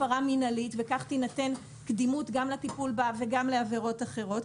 מינהלית וכך תינתן קדימות גם לטיפול בה וגם לעבירות אחרות.